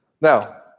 Now